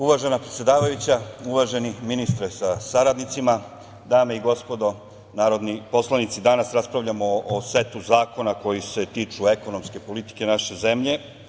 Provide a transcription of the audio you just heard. Uvažena predsedavajuća, uvaženi ministre sa saradnicima, dame i gospodo narodni poslanici, danas raspravljamo o setu zakona koji se tiču ekonomske politike naše zemlje.